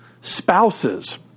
spouses